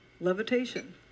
levitation